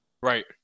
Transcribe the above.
Right